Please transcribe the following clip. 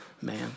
man